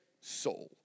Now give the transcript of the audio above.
soul